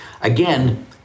Again